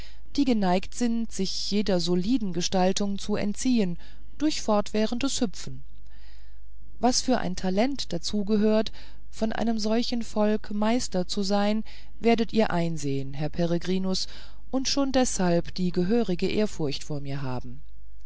die geneigt sind sich jeder soliden gestaltung zu entziehen durch fortwährendes hüpfen was für ein talent dazu gehört von einem solchen volk meister zu sein werdet ihr einsehen herr peregrinus und schon deshalb die gehörige ehrfurcht vor mir haben